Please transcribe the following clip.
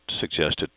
suggested